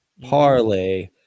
parlay